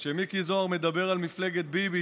כשמיקי זוהר מדבר על מפלגת ביבי,